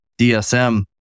DSM